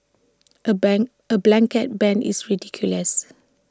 A ban A blanket ban is ridiculous